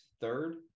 third